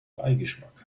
beigeschmack